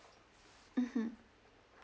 mmhmm